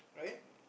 right